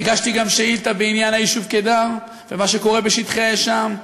הגשתי גם שאילתה בעניין היישוב קידר ומה שקורה בשטחי האש שם.